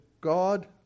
God